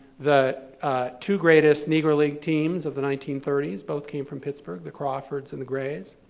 the two greatest negro league teams of the nineteen thirty s both came from pittsburgh, the crawfords and the grays.